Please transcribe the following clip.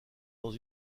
dans